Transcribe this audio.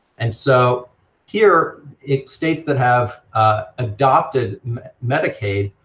and so here in states that have adopted medicaid,